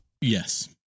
Yes